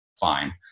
fine